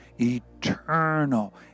eternal